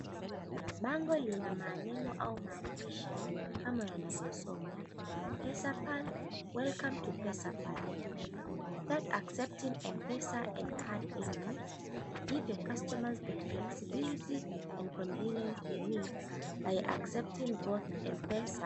Bango lina maneno au maandishi kama yanavyosomwa, Pesa Pearl Welcome to Pesa Pearl Start accepting Mpesa and Card payments, Give Your Customers The Flexibility And Convenience They Need By Accepting Both Mpesa.